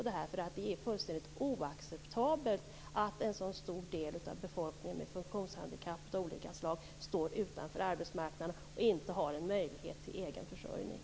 Det är fullständigt oacceptabelt att en så stor del av befolkningen med funktionshandikapp av olika slag står utanför arbetsmarknaden och inte har möjlighet till egen försörjning.